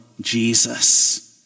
Jesus